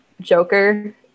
Joker